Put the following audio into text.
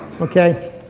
okay